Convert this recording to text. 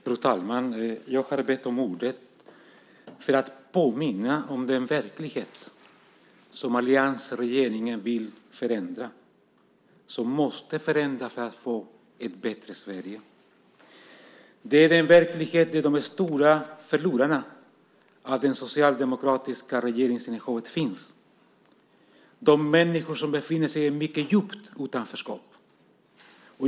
Fru talman! Jag har bett om ordet för att påminna om den verklighet som alliansregeringen vill förändra - som vi måste förändra för att få ett bättre Sverige. Det är i den verkligheten de stora förlorarna på den socialdemokratiska regeringsinnehavet finns, de människor som befinner sig i ett mycket djupt utanförskap.